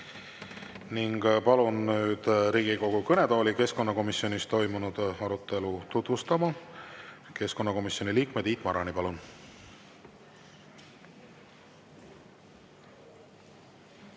ole. Palun nüüd Riigikogu kõnetooli keskkonnakomisjonis toimunud arutelu tutvustama keskkonnakomisjoni liikme Tiit Marani. Palun!